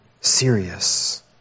serious